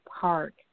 Park